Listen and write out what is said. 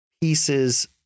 pieces